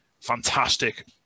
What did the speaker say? fantastic